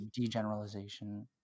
degeneralization